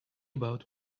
about